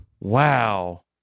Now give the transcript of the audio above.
Wow